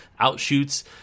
outshoots